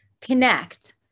connect